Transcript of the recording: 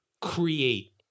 create